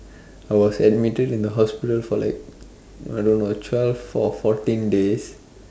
I was admitted in the hospital for like I don't know twelve or fourteen days